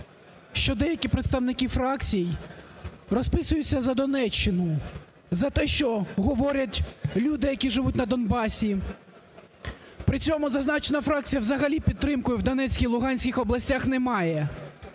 що деякі представники фракцій розписуються за Донеччину, за те, що говорять люди, які живуть на Донбасі, при цьому зазначена фракція взагалі підтримку в Донецькій і Луганській областях не має.